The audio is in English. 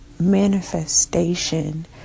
manifestation